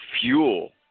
fuel